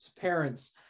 parents